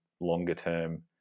longer-term